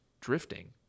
Drifting